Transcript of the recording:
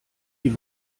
die